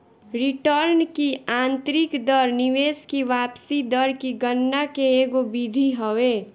return की आतंरिक दर निवेश की वापसी दर की गणना के एगो विधि हवे